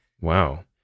Wow